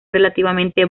relativamente